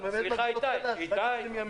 באמת מגיע לו צל"ש, רק 20 ימים.